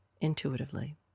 intuitively